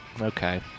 Okay